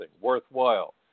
worthwhile